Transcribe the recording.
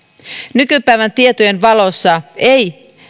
nykypäivän tietojen valossa ei